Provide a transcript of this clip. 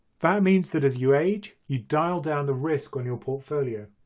that means that as you age you dial down the risk on your portfolio.